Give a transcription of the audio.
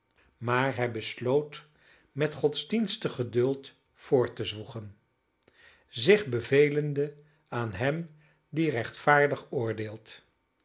maar hij besloot met godsdienstig geduld voort te zwoegen zich bevelende aan hem die rechtvaardig oordeelt